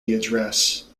address